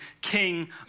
king